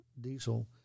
diesel